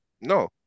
No